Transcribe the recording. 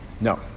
No